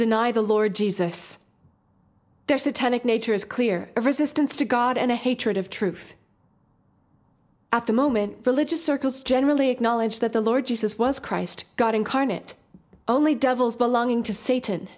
deny the lord jesus their satanic nature is clear a resistance to god and a hatred of truth at the moment religious circles generally acknowledge that the lord jesus was christ god incarnate only devils belonging to satan